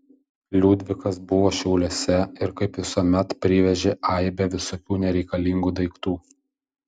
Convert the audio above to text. liudvikas buvo šiauliuose ir kaip visuomet privežė aibę visokių nereikalingų daiktų